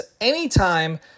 anytime